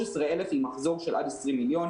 13,000 עם מחזור של עד 20 מיליון.